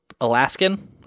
Alaskan